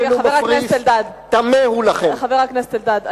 מפריס טמא הוא לכם" חבר הכנסת אלדד,